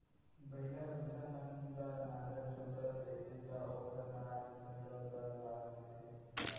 बइला, भईंसा मन ल नांगर जोतत रइबे त ओकर नाल घलौ ल लाग देथे